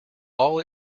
all